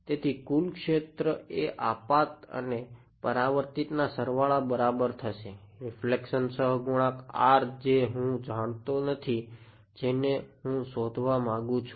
તેથી કુલ ક્ષેત્ર એ આપાત અને પરાવર્તિતના સરવાળા બરાબર થશે રીફ્લેક્શન સહગુણક R જે હું જાણતો નથી જેને હું શોધવા માંગું છું